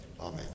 Amen